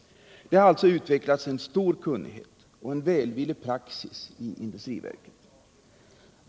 Det har alltså utvecklats en stor kunnighet och en välvillig praxis i industriverket.